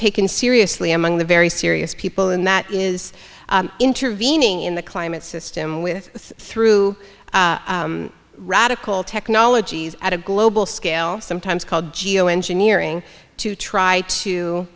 taken seriously among the very serious people and that is intervening in the climate system with through radical technologies at a global scale sometimes called geo engineering to try to